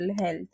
health